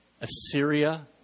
Assyria